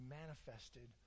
manifested